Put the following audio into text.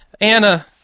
Anna